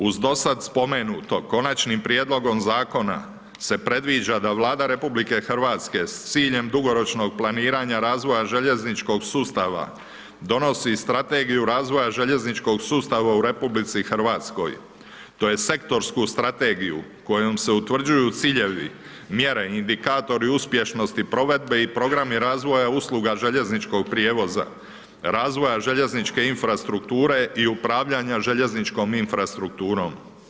Uz do sada spomenutog, konačnim prijedlogom zakona, se predviđa da Vlada Republike Hrvatske s ciljem dugoročnog planiranja razvoja željezničkog sustava, donosi strategiju razvoja željezničkog sustava u RH, tj. sektorsku strategiju kojom se utvrđuju ciljevi, mjere, indikatori, uspješnosti provedbe i programi razvoja usluga željezničkog prijevoza, razvoja željezničke infrastrukture i upravljanjem željezničkom infrastrukturom.